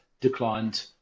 declined